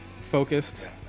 focused